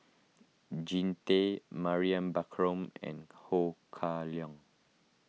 Jean Tay Mariam Baharom and Ho Kah Leong